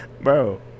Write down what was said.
Bro